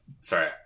Sorry